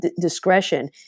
discretion